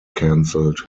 cancelled